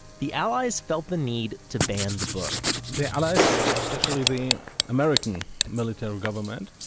the allies felt the need to ban the book the allies, especially the american military government,